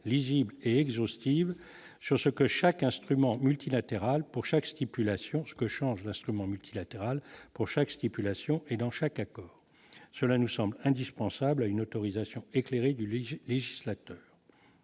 lisible et exhaustive sur ce que chaque instrument multilatéral pour chaque stipulations ce que change l'instrument multilatéral pour chaque stipulations et dans chaque accord cela nous sommes indispensables à une autorisation éclairé de du législateur.